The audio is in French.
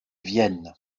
vienne